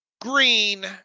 green